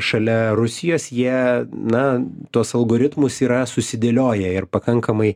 šalia rusijos jie na tuos algoritmus yra susidėlioję ir pakankamai